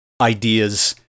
ideas